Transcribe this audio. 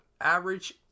Average